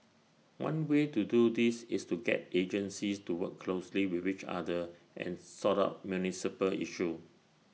one way to do this is to get agencies to work closely with each other and sort out municipal issues